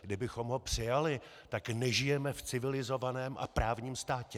Kdybychom ho přijali, tak nežijeme v civilizovaném a právním státě.